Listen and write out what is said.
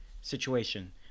situation